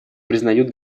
признают